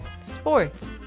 sports